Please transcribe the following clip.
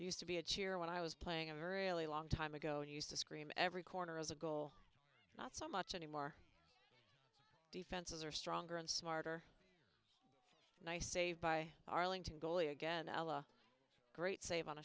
used to be a cheer when i was playing a long time ago used to scream every corner as a goal not so much anymore defenses are stronger and smarter and i saved by arlington goalie again l a great save on